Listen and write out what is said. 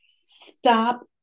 Stop